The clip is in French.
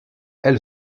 elle